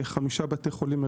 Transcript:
5 בתי חולים מרכזיים,